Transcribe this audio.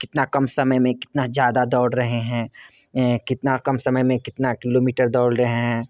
कितना कम समय में कितना ज़्यादा दौड़ रहें हैं कितना कम समय में कितना किलोमीटर दौड़ रहें हैं